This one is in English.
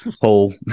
whole